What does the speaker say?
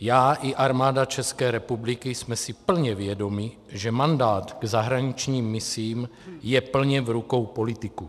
Já i Armáda České republiky jsme si plně vědomi, že mandát k zahraničním misím je plně v rukou politiků.